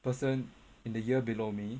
person in the year below me